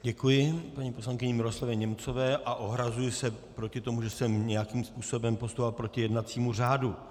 Děkuji paní poslankyni Miroslavě Němcové a ohrazuji se proti tomu, že jsem nějakým způsobem postupoval proti jednacímu řádu.